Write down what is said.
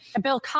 Bill